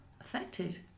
affected